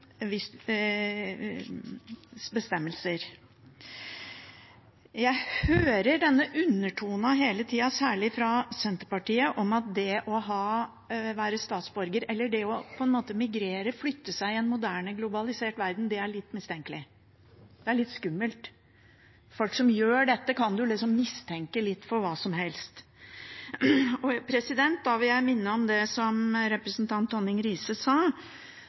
bestemmelser. Jeg hører denne undertonen hele tiden, særlig fra Senterpartiet, om at det å migrere, flytte på seg i en moderne, globalisert verden, er litt mistenkelig – det er litt skummelt. Folk som gjør dette, kan man liksom mistenke litt for hva som helst. Jeg vil minne om det som representanten Tonning Riise sa: